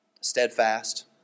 steadfast